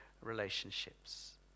relationships